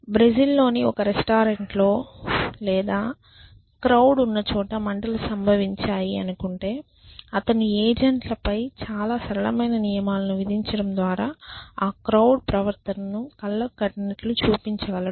బ్రెజిల్లోని ఒక రెస్టారెంట్ లో లేదా క్రౌడ్ ఉన్నచోట మంటలు సంభవించాయి అనుకుంటే అతను ఏజెంట్లపై చాలా సరళమైన నియమాలను విధించడం ద్వారా ఆ క్రౌడ్ ప్రవర్తనను కళ్ళకు కట్టినట్లు చూపించగలడు